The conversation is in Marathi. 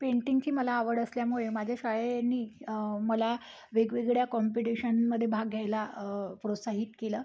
पेंटिंगची मला आवड असल्यामुळे माझ्या शाळेनी मला वेगवेगळ्या कॉम्पिटिशनमध्ये भाग घ्यायला प्रोत्साहित केलं